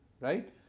Right